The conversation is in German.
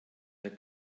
der